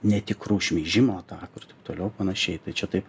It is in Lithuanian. netikrų šmeižimo atakų ir taip toliau panašiai tai čia taip